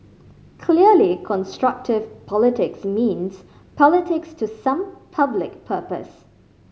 clearly constructive politics means politics to some public purpose